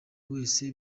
wese